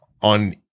on